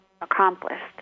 accomplished